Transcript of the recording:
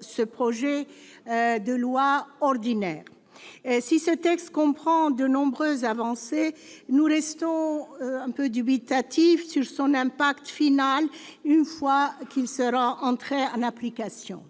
ce projet de loi ordinaire. Si ce texte comprend de nombreuses avancées, nous restons quelque peu dubitatifs sur son impact final, une fois qu'il sera entré en application.